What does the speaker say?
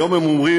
היום הם אומרים: